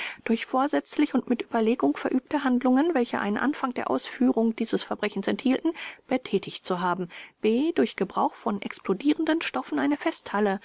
durch vorsätzlich und mit überlegung verüble handlungen welche einen anfang der ausführung dieses verbrechens enthielten betätigt zu haben b durch gebrauch von explodierenden stoffen eine festhalle